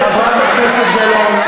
חברת הכנסת זהבה גלאון,